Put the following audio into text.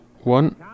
One